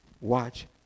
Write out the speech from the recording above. watch